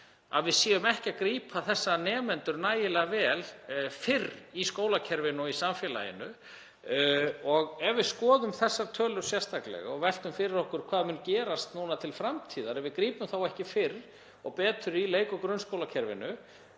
að við séum ekki að grípa þessa nemendur nægilega vel fyrr í skólakerfinu og í samfélaginu. Ef við skoðum þessar tölur sérstaklega og veltum fyrir okkur hvað mun gerast núna til framtíðar, ef við grípum ekki fyrr inn í og betur í leikskóla- og grunnskólakerfinu,